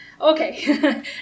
Okay